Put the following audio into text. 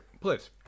Please